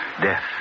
death